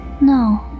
No